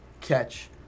catch